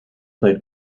played